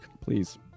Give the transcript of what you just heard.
Please